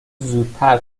زودتر